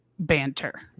banter